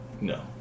No